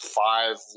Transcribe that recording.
five